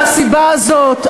מהסיבה הזאת,